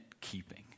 keeping